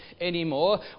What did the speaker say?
anymore